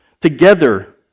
together